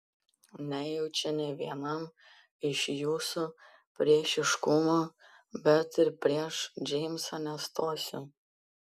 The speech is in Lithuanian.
nejaučiu nė vienam iš jūsų priešiškumo bet ir prieš džeimsą nestosiu